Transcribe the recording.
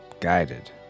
guided